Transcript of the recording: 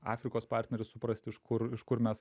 afrikos partneris suprasti iš kur iš kur mes